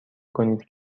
کنید